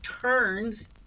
turns